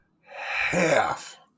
half